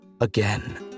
again